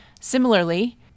Similarly